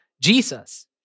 Jesus